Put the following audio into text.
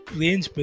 range